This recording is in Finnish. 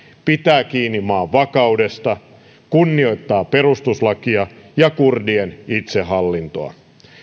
pitää kiinni maan vakaudesta kunnioittaa perustuslakia ja kurdien itsehallintoa